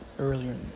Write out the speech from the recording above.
earlier